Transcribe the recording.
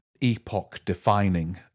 epoch-defining